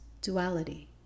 Duality